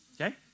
Okay